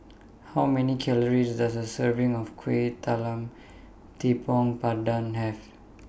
How Many Calories Does A Serving of Kuih Talam Tepong Pandan Have